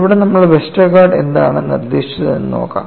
ഇവിടെ വെസ്റ്റർഗാർഡ് എന്താണ് നിർദ്ദേശിച്ചത് എന്ന് നോക്കാം